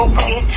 Okay